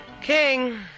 King